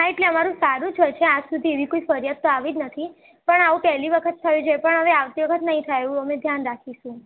હા એટલે અમારું સારું જ હોય છે આજ સુધી એવી કોઈ ફરિયાદ તો આવી જ નથી પણ આવું પહેલી વખત થયું છે પણ હવે આવતી વખતે નહીં થાય એવું અમે ધ્યાન રાખીશું